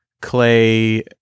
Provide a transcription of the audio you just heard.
Clay